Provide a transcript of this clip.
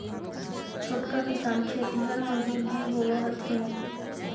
छोटा किसान खेतिहर मजदूर भी होवऽ हथिन